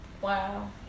Wow